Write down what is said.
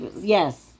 Yes